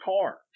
car